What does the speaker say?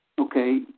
Okay